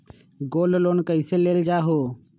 Gold loan कईसे लेल जाहु?